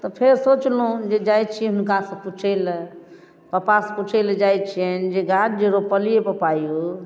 तऽफेर सोचलहुॅं जे जाइ छी हुनका से पूछय लए पापा से पूछय लए जाइ छियैनि जे गाछ जे रोपलियै पप्पा यौ